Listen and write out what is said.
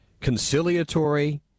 conciliatory